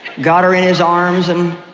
got her in his arms and